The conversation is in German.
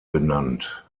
benannt